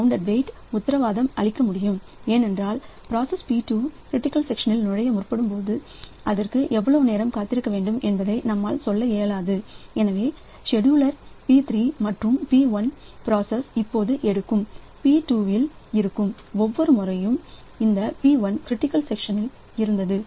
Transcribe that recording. வரம்புக்குட்பட்ட காத்திருப்பு bounded wait உத்தரவாதம் அளிக்க முடியாது ஏனென்றால் ஒரு பிராசஸ் P2 க்ரிட்டிக்கல் செக்ஷனில் நுழையும்படி கேட்டால் அதற்கு எவ்வளவு நேரம் காத்திருக்க வேண்டும் என்பதை நம்மால் சொல்ல இயலாது எனவே செட்யூலர் P3 மற்றும் P1 பிராசஸ் எப்போதுமே எடுக்கும் P2 இல் இருக்கும் ஒவ்வொரு முறையும் இந்த P1 க்ரிட்டிக்கல் செக்ஷனில் இருந்தது